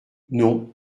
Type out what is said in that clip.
non